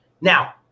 Now